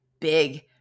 big